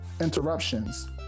interruptions